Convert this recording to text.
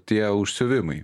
tie užsiuvimai